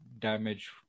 damage